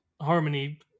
Harmony